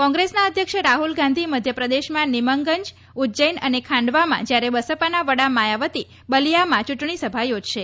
કોંગ્રેસના અધ્યક્ષ રાહુલ ગાંધી મધ્યપ્રદેશમાં નિમગંજ ઉજજૈન અને ખાંડવામાં જ્યારે બસપાના વડા માયાવતી બલીયામાં ચૂંટણી સભા યોજશે